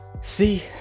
see